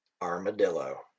armadillo